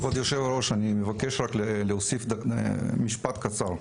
כבוד היו"ר, אני מבקש להוסיף משפט קצר.